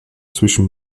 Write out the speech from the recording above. zwischen